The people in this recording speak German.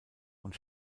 und